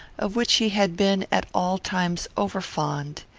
of which he had been at all times over-fond.